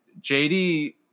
JD